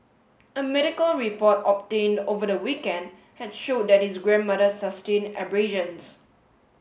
a medical report obtained over the weekend had showed that his grandmother sustained abrasions